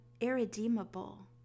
irredeemable